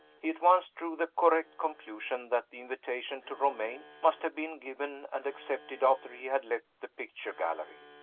he at once drew the correct conclusion that the invitation to romayne must have been given and accepted after he had left the picture gallery.